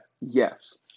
Yes